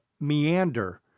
meander